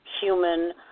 human